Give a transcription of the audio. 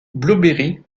blueberry